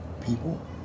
people